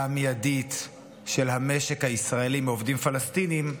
מיידית של המשק הישראלי מעובדים פלסטינים,